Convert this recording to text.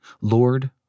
Lord